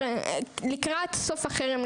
לקראת סוף החרם,